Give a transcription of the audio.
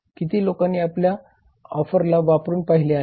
किती लोकांनी आपल्या ऑफरला वापरून पाहिले आहे